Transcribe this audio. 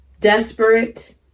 Desperate